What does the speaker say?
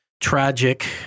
tragic